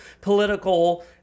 political